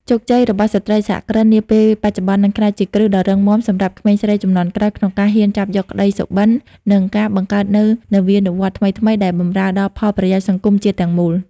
ជោគជ័យរបស់ស្ត្រីសហគ្រិននាពេលបច្ចុប្បន្ន នឹងក្លាយជាគ្រឹះដ៏រឹងមាំសម្រាប់ក្មេងស្រីជំនាន់ក្រោយ ក្នុងការហ៊ានចាប់យកក្ដីសុបិន និងការបង្កើតនូវនវានុវត្តន៍ថ្មីៗដែលបម្រើដល់ផលប្រយោជន៍សង្គមជាតិទាំងមូល។